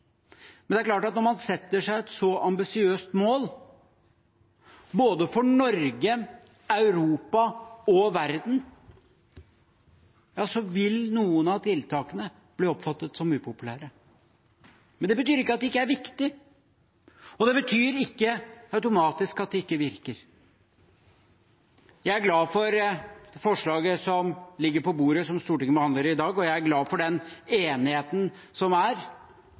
Det er klart at når man setter seg et så ambisiøst mål – både for Norge, Europa og verden – ja, så vil noen av tiltakene bli oppfattet som upopulære. Men det betyr ikke at de ikke er viktige, og det betyr ikke automatisk at de ikke virker. Jeg er glad for forslaget som ligger på bordet, som Stortinget behandler i dag, og jeg er glad for den enigheten som er.